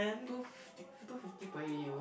two fifty two fifty per A_U